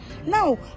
Now